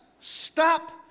stop